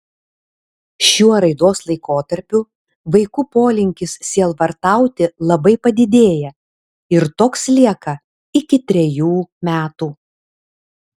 šiuo raidos laikotarpiu vaikų polinkis sielvartauti labai padidėja ir toks lieka iki trejų metų